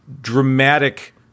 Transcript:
dramatic